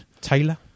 Taylor